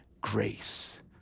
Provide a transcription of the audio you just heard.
grace